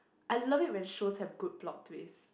I love it when shows have good plot twist